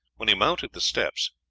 when he mounted the steps,